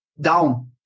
down